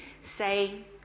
say